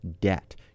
debt